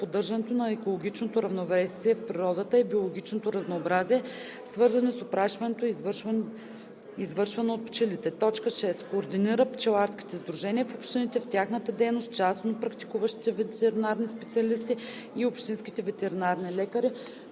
поддържането на екологичното равновесие в природата и биологичното разнообразие, свързани с опрашването, извършвано от пчелите; 6. координира пчеларските сдружения в общините в тяхната дейност с частно практикуващите ветеринарни специалисти и общинските ветеринарни лекари